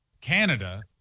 Canada